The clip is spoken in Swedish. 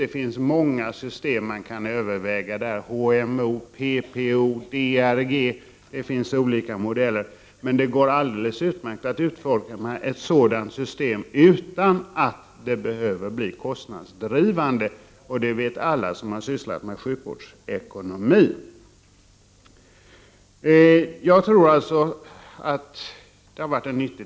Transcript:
Det finns många system man kan överväga — HMO, PPO, DRG - det finns olika modeller. Men det går alldeles utmärkt att utforma ett sådant system utan att det blir kostnadsdrivande. Det vet alla som har sysslat med sjukvårdsekonomi. Den debatt vi har fört i dag har varit nyttig.